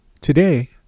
Today